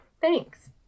Thanks